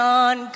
on